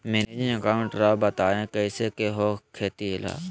Managing account राव बताएं कैसे के हो खेती ला?